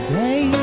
day